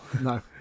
No